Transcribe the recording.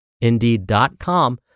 Indeed.com